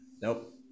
Nope